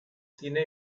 cine